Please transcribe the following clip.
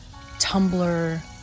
Tumblr